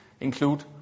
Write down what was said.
include